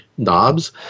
Knobs